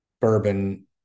bourbon